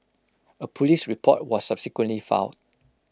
A Police report was subsequently filed